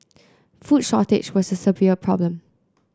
food shortage was a severe problem